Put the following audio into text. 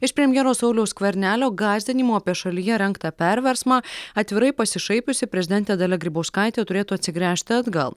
iš premjero sauliaus skvernelio gąsdinimų apie šalyje rengtą perversmą atvirai pasišaipiusi prezidentė dalia grybauskaitė turėtų atsigręžti atgal